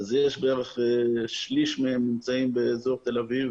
בערך שליש מהם נמצאים באזור תל אביב